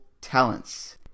talents